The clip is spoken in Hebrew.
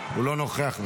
הוא לא נוכח בכלל.